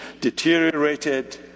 deteriorated